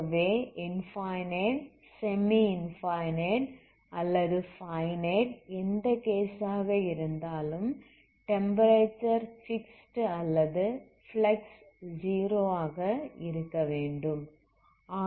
ஆகவே infinite semi infinite அல்லது finite எந்த கேஸ் ஆக இருந்தாலும் டெம்ப்பரேச்சர் ஃபிக்ஸ்ட் அல்லது ஃப்ளக்ஸ் 0 ஆக இருக்கவேண்டும்